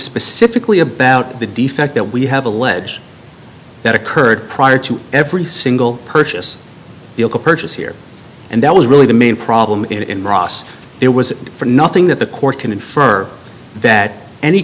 specifically about the defect that we have allege that occurred prior to every single purchase vehicle purchase here and that was really the main problem in ross it was for nothing that the court can infer that any